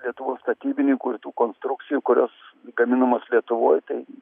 lietuvos statybininkų ir tų konstrukcijų kurios gaminamos lietuvoj tai